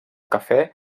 cafè